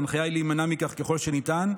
ההנחיה היא להימנע מכך ככל שניתן,